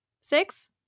six